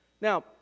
Now